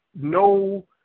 no